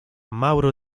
mauro